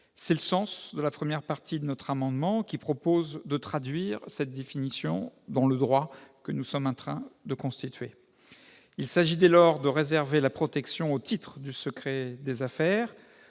C'est le sens de la première partie de notre amendement, qui tend à traduire cette définition dans le droit que nous sommes en train de constituer. Il s'agit dès lors de réserver la protection au titre du secret des affaires